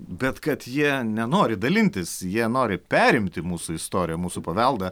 bet kad jie nenori dalintis jie nori perimti mūsų istoriją mūsų paveldą